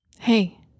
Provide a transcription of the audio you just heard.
Hey